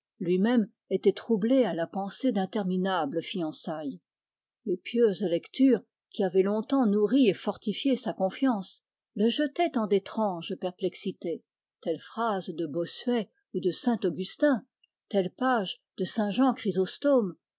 luimême était troublé à la pensée d'interminables fiançailles les pieuses lectures qui avaient longtemps nourri et fortifié sa confiance le jetaient en d'étranges perplexités telle phrase de bossuet ou de saint augustin telle page de